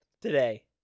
Today